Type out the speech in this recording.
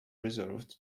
preserved